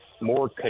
more